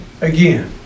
again